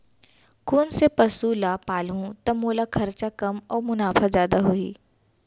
कोन से पसु ला पालहूँ त मोला खरचा कम अऊ मुनाफा जादा होही?